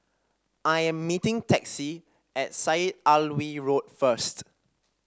I am meeting Texie at Syed Alwi Road first